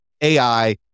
AI